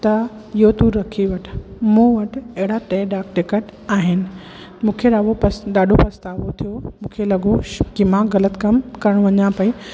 त इहो तू रखी वठि मूं वटि अहिड़ा टे डाक टिकट आहिनि मूंखे लॻो पछ ॾाढो पछतावो थियो मूंखे लॻो की मां ग़लति कमु करण वञां पई